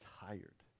tired